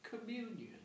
communion